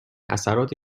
اثرات